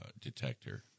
detector